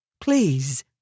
Please